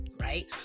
right